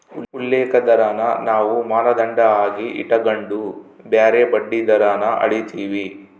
ಉಲ್ಲೇಖ ದರಾನ ನಾವು ಮಾನದಂಡ ಆಗಿ ಇಟಗಂಡು ಬ್ಯಾರೆ ಬಡ್ಡಿ ದರಾನ ಅಳೀತೀವಿ